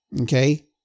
Okay